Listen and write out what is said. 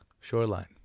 Shoreline